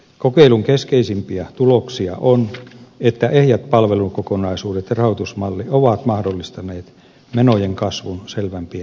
kokeilun keskeisimpiä tuloksia on että ehjät palvelukokonaisuudet ja rahoitusmalli ovat mahdollistaneet menojen kasvun selvän pienentämisen